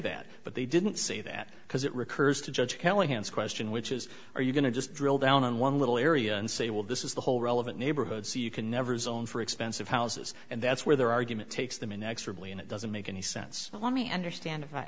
that but they didn't say that because it recurs to judge telling his question which is are you going to just drill down on one little area and say well this is the whole relevant neighborhood so you can never his own for expensive houses and that's where their argument takes them inexorably and it doesn't make any sense let me understand